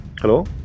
Hello